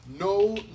No